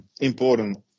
important